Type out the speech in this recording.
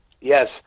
yes